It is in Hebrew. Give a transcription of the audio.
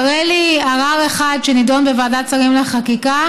תראה לי ערר אחד שנדון בוועדת שרים לחקיקה